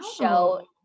show